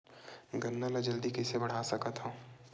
गन्ना ल जल्दी कइसे बढ़ा सकत हव?